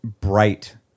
bright